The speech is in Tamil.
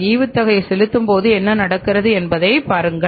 ஈவுத்தொகை செலுத்தும்போது என்ன நடக்கிறது என்பதை பார்க்கிறீர்கள்